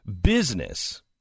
business